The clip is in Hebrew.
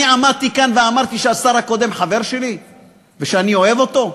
אני עמדתי כאן ואמרתי שהשר הקודם חבר שלי ושאני אוהב אותו?